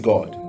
God